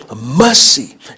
mercy